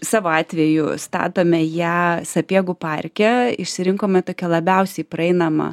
savo atveju statome ją sapiegų parke išsirinkome tokią labiausiai praeinamą